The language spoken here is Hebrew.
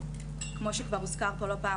כמו שכבר הוזכר פה לא פעם,